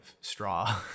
straw